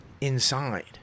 inside